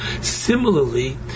Similarly